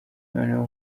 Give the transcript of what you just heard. noneho